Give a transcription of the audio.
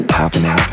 happening